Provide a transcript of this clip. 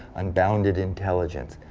unbounded intelligence,